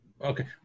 Okay